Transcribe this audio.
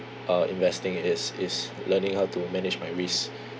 uh investing is is learning how to manage my risk